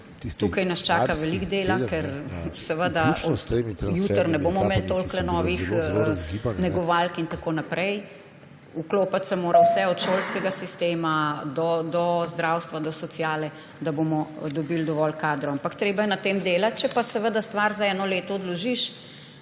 Tukaj nas čaka veliko dela, ker seveda od jutri ne bomo imeli toliko novih negovalk in tako naprej. Vklopiti se mora vse, od šolskega sistema do zdravstva, do socialne, da bomo dobili dovolj kadrov. Ampak treba je na tem delati. Če pa stvar za eno leto odložiš,